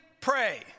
pray